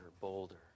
bolder